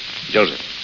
Joseph